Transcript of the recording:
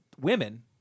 women